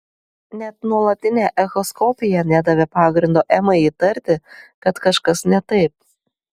net nuolatinė echoskopija nedavė pagrindo emai įtarti kad kažkas ne taip